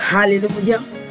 Hallelujah